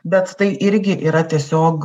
bet tai irgi yra tiesiog